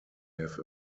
have